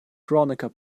kronecker